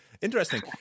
Interesting